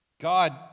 God